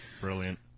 Brilliant